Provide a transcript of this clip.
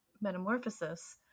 metamorphosis